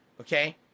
okay